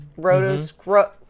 Rotoscope